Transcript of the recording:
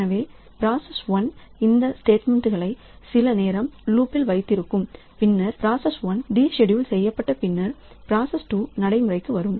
எனவே பிராசஸ் 1 இந்த ஸ்டேட்மெண்ட்களை சில நேரம் லூப்பில் வைத்திருக்கும் பின்னர் பிராசஸ் 1 டிஷெட்யூல் செய்யப்பட்ட பின்னர் பிராசஸ் 2 நடைமுறைக்கு வரும்